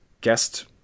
guest